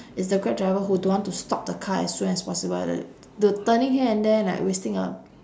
is the grab driver who don't want to stop the car as soon as possible at the the turning here and there like wasting a